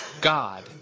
God